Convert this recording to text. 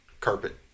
carpet